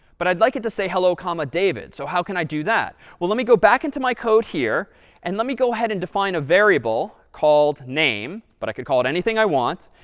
but i'd like it to say hello comma david. so how can i do that? well, let me go back into my code here and let me go ahead and define a variable called name, but i could call it anything i want.